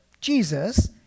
Jesus